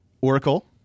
Oracle